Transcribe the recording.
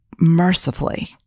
mercifully